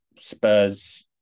Spurs